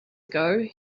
ago